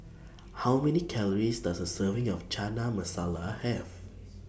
How Many Calories Does A Serving of Chana Masala Have